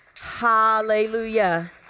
hallelujah